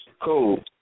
Cool